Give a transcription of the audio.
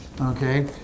Okay